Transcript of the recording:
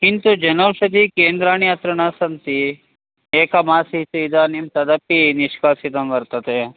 किन्तु जनौषधिकेन्द्राणि अत्र न सन्ति एकमासीत् इदानीं तदपि निष्कासितं वर्तते